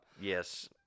Yes